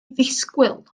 ddisgwyl